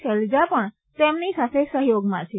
શૈલજા પણ તેમની સાથે સહયોગમાં છે